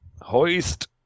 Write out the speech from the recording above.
Hoist